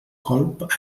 colp